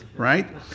Right